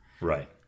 Right